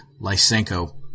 Lysenko